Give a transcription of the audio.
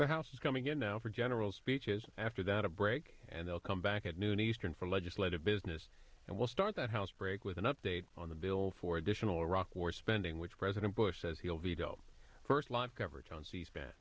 the house is coming in now for general speeches after that a break and they'll come back at noon eastern for legislative business and we'll start the house break with an update on the bill for additional iraq war spending which president bush says he'll veto first live coverage on c span